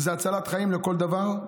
שזו הצלת חיים לכל דבר,